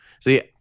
see